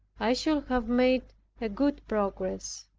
i should have made a good progress.